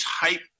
type